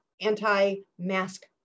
anti-mask